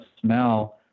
smell